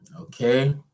Okay